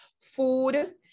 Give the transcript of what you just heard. food